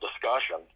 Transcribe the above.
discussion